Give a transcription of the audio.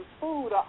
food